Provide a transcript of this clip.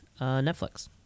Netflix